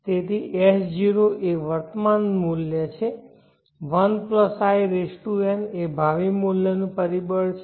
તેથી S0 એ વર્તમાન મૂલ્ય છે 1in એ ભાવિ મૂલ્ય નું પરિબળ છે